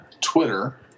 Twitter